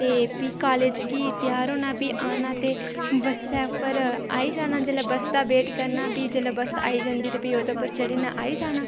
ते प्ही कॉलेज गी तेआर होना ते प्ही आना ते ब'स्सै पर आई जाना जेल्लै बस दा वेट करना ते प्ही जेल्लै बस आई जंदी ते प्ही ओह्दे पर चढ़ियै आई जाना